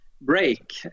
break